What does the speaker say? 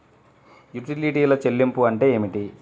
యుటిలిటీల చెల్లింపు అంటే ఏమిటి?